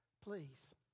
please